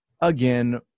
again